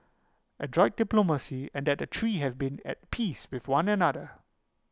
adroit diplomacy and that the three have been at peace with one another